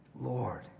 Lord